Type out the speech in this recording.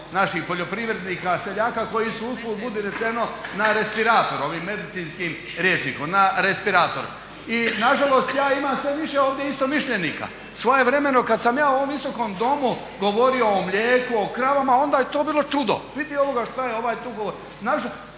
naših poljoprivrednika, seljaka, koji su usput budi rečeno na respiratoru, ovim medicinskim liječnikom, na respiratoru. I nažalost ja imam sve više ovdje istomišljenika. Svojevremeno kada sam ja u ovom Visokom domu govorio o mlijeku, o kravama onda je to bilo čudo, vidi ovoga što ovaj tu govori.